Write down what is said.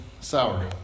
sour